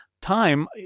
time